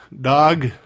dog